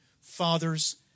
Fathers